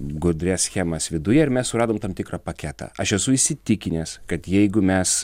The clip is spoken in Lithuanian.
gudrias schemas viduje ir mes suradom tam tikrą paketą aš esu įsitikinęs kad jeigu mes